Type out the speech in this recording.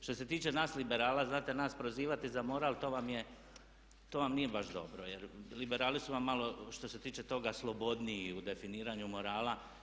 Što se tiče nas liberala, znate nas prozivati za moral to vam nije baš dobro jer liberali su vam malo što se tiče toga slobodniji u definiranju morala.